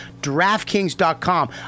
DraftKings.com